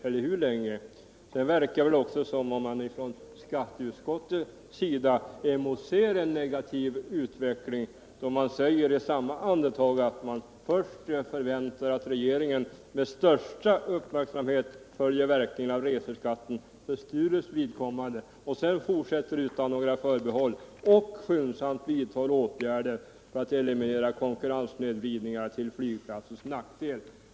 Det verkar också som om skatteutskottet emotser en negativ utveckling, eftersom utskottet först säger att det förväntar ”att regeringen med största uppmärksamhet följer verkningarna av reseskatten för Sturups vidkommande” och sedan fortsätter utan några förbehåll ”och skyndsamt vidtar åtgärder för att eliminera konkurrenssnedvridningar till flygplatsens nackdel”.